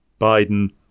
Biden